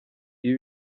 ibi